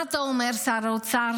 מה אתה אומר, שר האוצר?